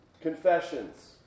confessions